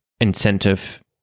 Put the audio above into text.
incentive